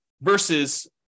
versus